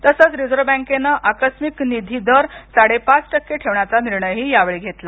तसच रिझर्व्ह बँकेन आकस्मिक निधी दर साडेपाच टक्के ठेवण्याचा निर्णय ही यावेळी घेतला